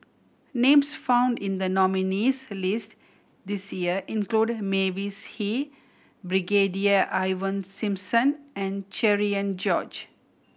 names found in the nominees' list this year include Mavis Hee Brigadier Ivan Simson and Cherian George